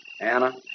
Anna